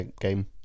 game